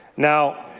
now,